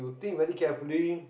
to think very carefully